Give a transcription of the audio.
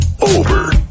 over